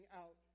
out